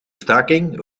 staking